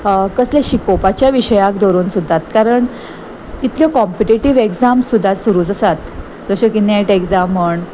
कसले शिकोवपाच्या विशयाक दरून सुद्दां कारण इतल्यो कॉम्पिटेटीव एग्जाम सुद्दां सुरूच आसात जश्य की नेट एग्जाम म्हण